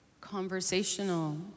conversational